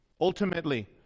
ultimately